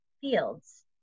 fields